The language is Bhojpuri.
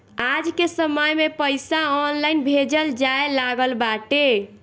आजके समय में पईसा ऑनलाइन भेजल जाए लागल बाटे